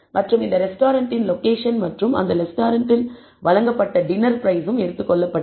மற்றும் இந்த ரெஸ்டாரன்ட்டின் லொகேஷன் மற்றும் அந்த ரெஸ்டாரன்ட்டில் வழங்கப்பட்ட டின்னர் பிரைஸும் எடுத்துக் கொள்ளப்பட்டது